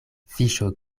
fiŝo